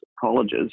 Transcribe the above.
colleges